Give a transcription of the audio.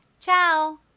Ciao